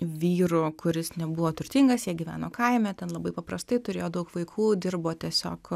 vyru kuris nebuvo turtingas jie gyveno kaime ten labai paprastai turėjo daug vaikų dirbo tiesiog